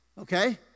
Okay